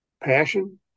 passion